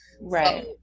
Right